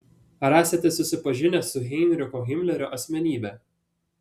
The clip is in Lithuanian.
ar esate susipažinęs su heinricho himlerio asmenybe